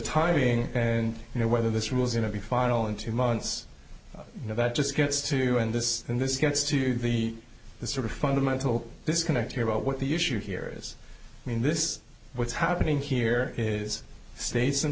iming and you know whether this rules going to be final in two months you know that just gets to you and this and this gets to you the the sort of fundamental disconnect here about what the issue here is mean this is what's happening here is states and